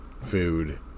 food